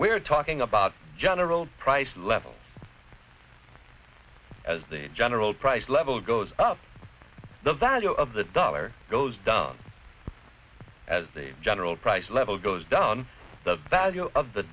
money we are talking about general price level as the general price level goes up the value of the dollar goes down as the general price level goes down the value of the